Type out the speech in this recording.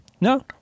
no